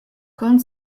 con